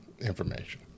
information